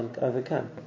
overcome